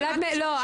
לא.